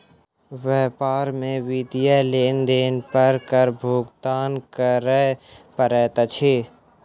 व्यापार में वित्तीय लेन देन पर कर भुगतान करअ पड़ैत अछि